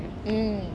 hmm